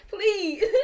Please